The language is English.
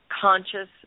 conscious